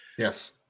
Yes